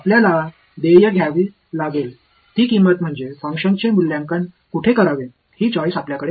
आपल्याला देय द्यावी लागेल ती किंमत म्हणजे फंक्शनचे मूल्यांकन कुठे करावे हि चॉईस आपल्याकडे नाही